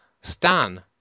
Stan